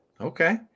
Okay